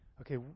Okay